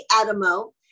Adamo